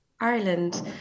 Ireland